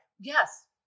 Yes